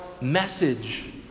message